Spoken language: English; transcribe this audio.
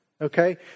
Okay